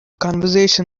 conversation